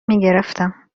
میگرفتم